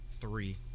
Three